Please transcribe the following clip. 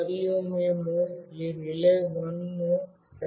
మరియు మేము ఈ RELAY1 ను 7 గా నిర్వచించాము